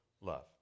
love